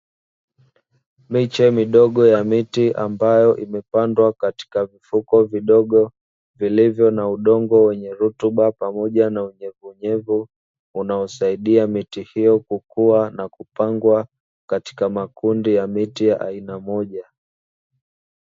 Miche midogo ya miti ambayo imepandwa katika vifuko vidogo, vilivyo na udongo wenye rutuba pamoja na unyevunyevu unaosaidia miti hiyo kukua na kupangwa katika makundi ya miti aina moja.